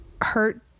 hurt